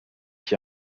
qui